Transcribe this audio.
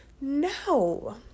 No